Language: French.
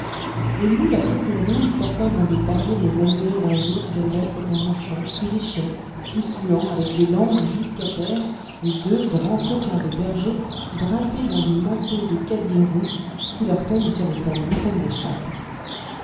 les mules à pompons rouges portant dans des paniers les agnelets d'un jour qu'elles bercent en marchant puis les chiens tout suants avec des langues jusqu'à terre et deux grands coquins de bergers drapés dans des manteaux de cadis roux qui leur tombent sur les talons comme des chapes